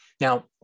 Now